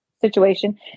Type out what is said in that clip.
situation